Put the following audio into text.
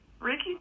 Ricky